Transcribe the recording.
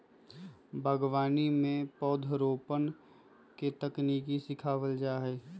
बागवानी में पौधरोपण के तकनीक सिखावल जा हई